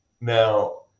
now